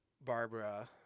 Barbara